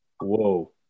whoa